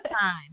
time